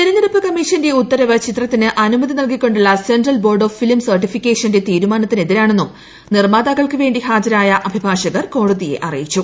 തിരഞ്ഞെടുപ്പ് കമ്മീഷന്റെ ഉത്തരവ് ചിത്രത്തിന് അനുമതി നൽകിക്കൊണ്ടുള്ള സെൻട്രൽ ബോർഡ് ഓഫ് ഫിലിം സർട്ടിഫിക്കേഷന്റെ തീരുമാനത്തിന് എതിരാണെന്നും നിർമാതാക്കൾക്ക് വേണ്ടി ഹാജരായ അഭിഭാഷകർ കോടതിയെ അറിയിച്ചു